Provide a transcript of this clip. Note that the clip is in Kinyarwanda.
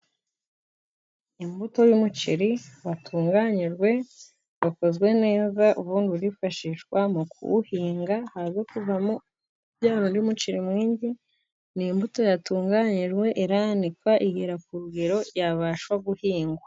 Imbuto y'umuceri watunganyijwe, wakozwe neza, ubundi urifashishwa mu kuwuhinga, haze kuvamo yaba undi muceri mwinshi, ni imbuto yatunganyijwe iranikwa, igera ku rugero yabasha guhingwa.